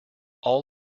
all